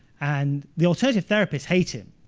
and the alternative therapists hate him.